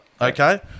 Okay